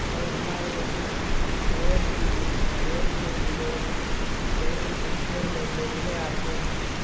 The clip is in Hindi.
और हमारे पड़ोस की भी पड़ोस के भी लोग दे उन पक्षियों को देखने आते हैं